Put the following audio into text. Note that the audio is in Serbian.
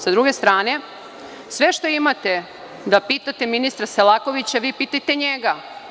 S druge strane, sve što imate da pitate ministra Selakovića, vi pitajte njega.